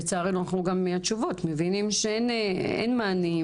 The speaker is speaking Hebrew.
לצערנו, גם מהתשובות אנחנו מבינים שאין מענים.